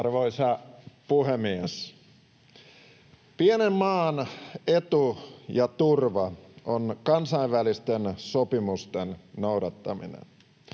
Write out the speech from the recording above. Arvoisa puhemies! Pienen maan etu ja turva on kansainvälisten sopimusten noudattaminen.